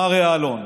מר יעלון,